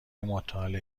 مطالعه